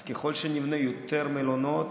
אז ככל שנבנה יותר מלונות,